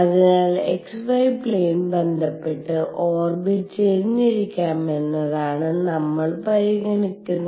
അതിനാൽ xy plane ബന്ധപ്പെട്ട് orbit ചരിഞ്ഞിരിക്കാമെന്നതാണ് നമ്മൾ പരിഗണിക്കുന്നത്